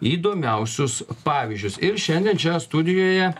įdomiausius pavyzdžius ir šiandien čia studijoje